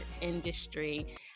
industry